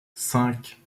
cinq